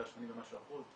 80 ומשהו אחוז,